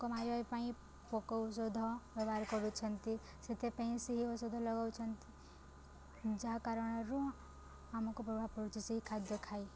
ପୋକ ମାରିବା ପାଇଁ ପୋକ ଔଷଧ ବ୍ୟବହାର କରୁଛନ୍ତି ସେଥିପାଇଁ ସେହି ଔଷଧ ଲଗଉଛନ୍ତି ଯାହା କାରଣରୁ ଆମକୁ ପ୍ରଭାବ ପଡ଼ୁଛି ସେହି ଖାଦ୍ୟ ଖାଇ